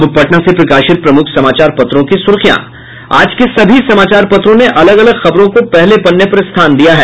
अब पटना से प्रकाशित प्रमुख समाचार पत्रों की सुर्खियां आज के सभी समाचार पत्रों ने अलग अलग खबरों को पहले पन्ने पर स्थान दिया है